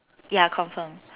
ya confirm